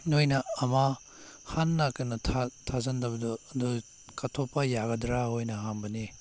ꯅꯣꯏꯅ ꯑꯃ ꯍꯥꯟꯅ ꯀꯩꯅꯣ ꯊꯥꯖꯤꯟꯗꯕꯗꯣ ꯑꯗꯨ ꯀꯛꯊꯠꯄ ꯌꯥꯒꯗ꯭ꯔꯥ ꯑꯣꯏꯅ ꯍꯪꯕꯅꯦ